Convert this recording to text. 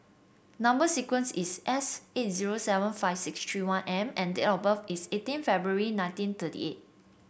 number sequence is S eight zero seven five six three one M and date of birth is eighteen February nineteen thirty eight